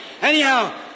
Anyhow